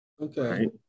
okay